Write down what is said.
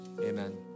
Amen